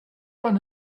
one